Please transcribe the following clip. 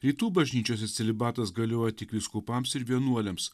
rytų bažnyčiose celibatas galioja tik vyskupams ir vienuoliams